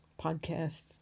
podcasts